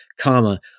comma